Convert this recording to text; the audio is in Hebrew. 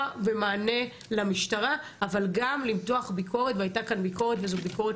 ומענה למשטרה אבל גם למתוח ביקורת והיתה כאן ביקורת וזאת ביקורת